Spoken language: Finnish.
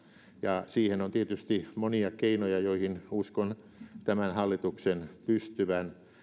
ja siihen on tietysti monia keinoja joihin uskon tämän hallituksen pystyvän